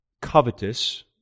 covetous